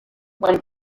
when